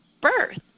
birth